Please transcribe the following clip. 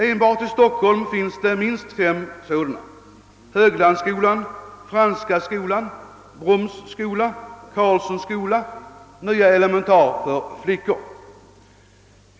Enbart i Stockholm finns minst fem: Höglandsskolan, Franska skolan, Broms skola, Carlssons skola och Nya elementar för flickor.